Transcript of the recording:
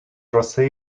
роси